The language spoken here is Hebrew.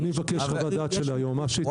אני אבקש חוות דעת של היועצת המשפטית.